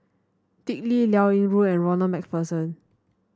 Dick Lee Liao Yingru and Ronald MacPherson